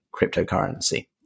cryptocurrency